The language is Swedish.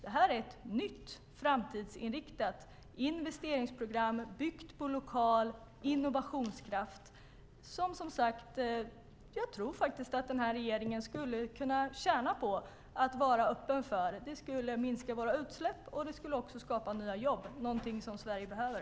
Detta är ett nytt, framtidsinriktat investeringsprogram byggt på lokal innovationskraft som jag tror att regeringen skulle kunna tjäna på att vara öppen för. Det skulle minska våra utsläpp och också skapa nya jobb. Det är någonting som Sverige behöver.